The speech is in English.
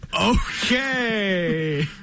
Okay